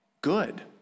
good